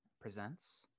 presents